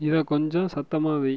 இதை கொஞ்சம் சத்தமாக வை